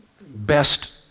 best